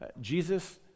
Jesus